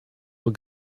will